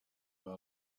kuva